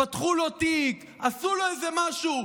פתחו לו תיק, עשו לו איזה משהו.